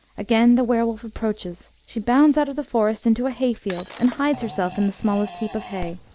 again the were-wolf approaches she bounds out of the forest into a hay-field, and hides herself in the smallest heap of hay.